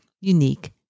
unique